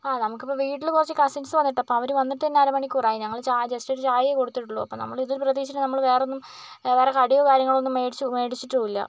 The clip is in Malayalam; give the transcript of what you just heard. ആ നമുക്കിപ്പം വീട്ടിൽ കുറച്ച് കസിൻസ് വന്നിട്ടപ്പം അവര് വന്നിട്ട് തന്നെ അരമണിക്കൂറായി ഞങ്ങള് ചാ ജെസ്റ്റോരു ചായയെ കൊടുത്തിട്ടുള്ളൂ അപ്പം നമ്മൾ ഇത് പ്രതീക്ഷിച്ചിട്ട് ഞമ്മൾ വേറൊന്നും വേറെ കടി കാര്യങ്ങളൊന്നും മേടി മേടിച്ചിട്ടും ഇല്ല